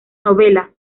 novela